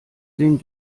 den